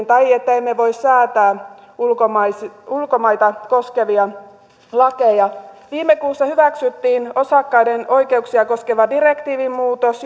tai että emme voi säätää ulkomaita koskevia lakeja viime kuussa hyväksyttiin osakkaiden oikeuksia koskeva direktiivimuutos